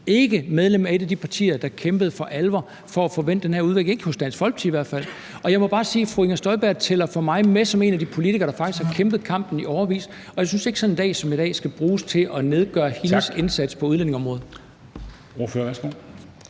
ikke medlem af et af de partier, der for alvor kæmpede for at få vendt den her udvikling, i hvert fald ikke af Dansk Folkeparti. Og jeg må bare sige, at fru Inger Støjberg for mig tæller med som en af de politikere, der faktisk har kæmpet kampen i årevis, og jeg synes ikke, at sådan en dag som i dag skal bruges til at nedgøre hendes indsats på udlændingeområdet.